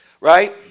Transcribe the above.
right